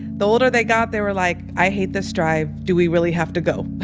the older they got, they were like, i hate this drive. do we really have to go?